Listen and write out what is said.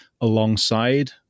alongside